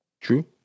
True